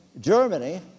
Germany